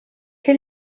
che